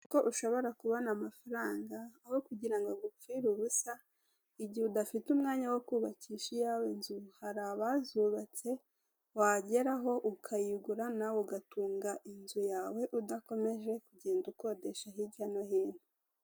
Kuko ushobora kubona amafaranga, aho kugira agupfire ubusa igihe udafite umwanya wo kubakisha iyawe nzu, hari abazubatse wageraho ukayigura nawe ugatunga inzu yawe udakomeje kugenda ukodesha hirya no hino.